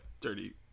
dirty